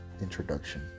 introduction